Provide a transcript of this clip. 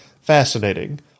fascinating